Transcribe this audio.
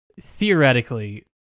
Theoretically